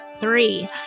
three